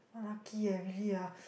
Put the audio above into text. lucky eh really ah